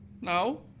no